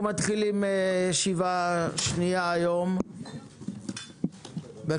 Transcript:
אנחנו מתחילים ישיבה שנייה היום באחד